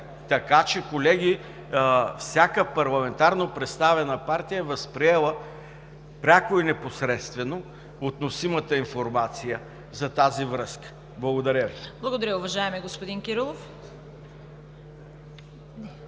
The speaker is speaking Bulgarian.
Така че, колеги, всяка парламентарно представена партия е възприела пряко и непосредствено относимата информация за тази връзка. Благодаря Ви. ПРЕДСЕДАТЕЛ ЦВЕТА КАРАЯНЧЕВА: Благодаря, уважаеми господин Кирилов.